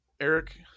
Eric